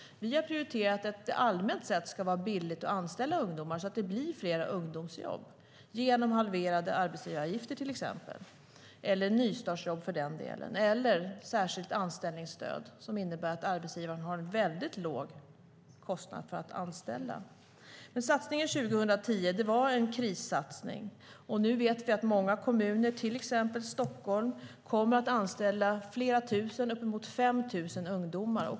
Vi har prioriterat att det allmänt sett ska vara billigt att anställa ungdomar så att det blir fler ungdomsjobb, till exempel med hjälp av halverade arbetsgivaravgifter, nystartsjobb eller särskilt anställningsstöd, som innebär att arbetsgivaren får en väldigt låg kostnad för att anställa. Satsningen 2010 var en krissatsning. Nu vet vi att många kommuner, till exempel Stockholm, kommer att anställa flera tusen, upp till 5 000, ungdomar.